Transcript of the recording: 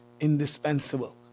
indispensable